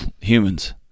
humans